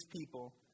people